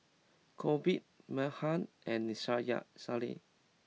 Corbett Meaghan and Shaya Shaylee